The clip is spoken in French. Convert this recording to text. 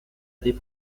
des